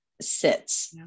sits